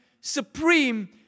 supreme